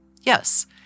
Yes